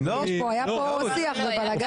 היה פה שיח ובלגן.